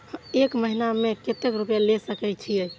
एक महीना में केते रूपया ले सके छिए?